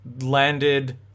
landed